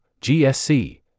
GSC